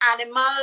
animal